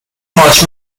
much